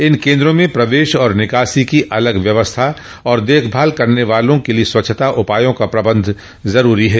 इन केन्द्रों में प्रवेश और निकासी की अलग व्यवस्था और देखभाल करने वालों के लिए स्वच्छता उपायों का प्रबंध जरूरी है